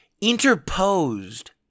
interposed